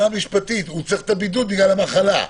הוא צריך את הבידוד בגלל המחלה.